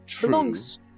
Belongs